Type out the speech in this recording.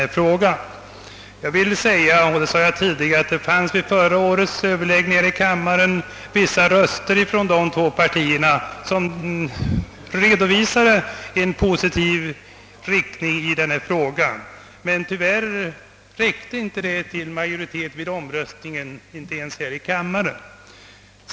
Som jag tidigare framhållit, redovisade en del företrädare för dessa båda partier vid förra årets överläggning i denna fråga en positiv inställning till motionsförslaget. Men tyvärr räckte det inte för att skapa majo ritet vid omröstningen, inte ens i denna kammare.